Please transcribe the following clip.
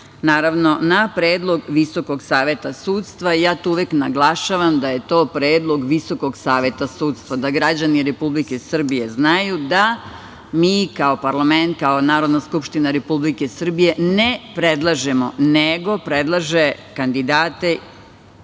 naravno, na predlog Visokog saveta sudstva. Ja to uvek naglašavam da je to predlog Visokog saveta sudstva, da građani Republike Srbije znaju da mi kao parlament, kao Narodna skupština Republike Srbije ne predlažemo, nego predlaže kandidate